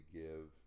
give